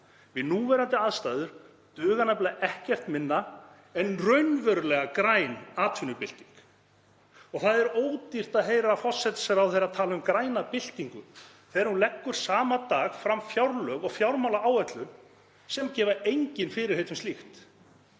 Við núverandi aðstæður dugar nefnilega ekkert minna en raunverulega græn atvinnubylting. Það er ódýrt að heyra forsætisráðherra tala um græna byltingu þegar hún leggur sama dag fram fjárlög og fjármálaáætlun sem gefa engin fyrirheit um slíkt.